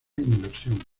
inversión